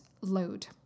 load